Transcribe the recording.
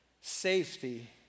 safety